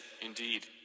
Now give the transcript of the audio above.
Indeed